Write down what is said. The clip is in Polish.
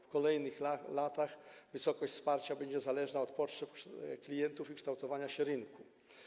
W kolejnych latach wysokość wparcia będzie zależna od potrzeb klientów i kształtowania się rynku.